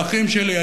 האחים שלי,